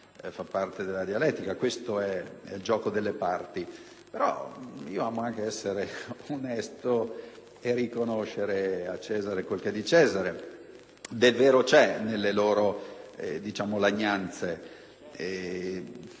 fa parte della dialettica, è il gioco delle parti. Tuttavia io amo anche essere onesto e riconoscere a Cesare quel che è di Cesare. Del vero c'è nelle loro lagnanze: